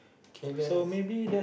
K relax